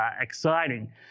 exciting